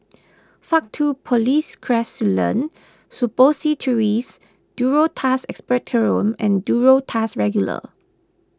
Faktu Policresulen Suppositories Duro Tuss Expectorant and Duro Tuss Regular